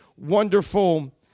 wonderful